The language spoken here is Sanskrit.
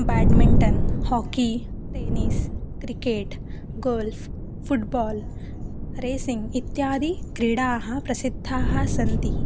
badminton hockey tennis cricket golf football racing इत्यादिक्रीडाः प्रसिद्धाः सन्ति